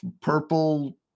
purple